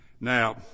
Now